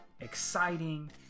exciting